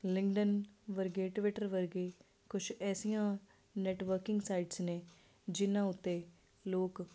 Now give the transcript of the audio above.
LinkedIn ਵਰਗੇ Twitter ਵਰਗੇ ਕੁਛ ਐਸੀਆਂ ਨੈਟਵਰਕਿੰਗ ਸਾਈਟਸ ਨੇ ਜਿਹਨਾਂ ਉੱਤੇ ਲੋਕ